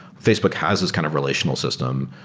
facebook has this kind of relational system,